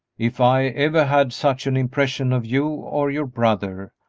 if i ever had such an impression of you or your brother,